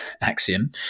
axiom